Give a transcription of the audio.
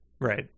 Right